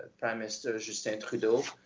prime minister justin trudeau,